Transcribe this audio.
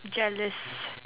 jealous